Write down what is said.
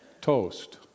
toast